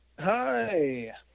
Hi